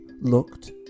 looked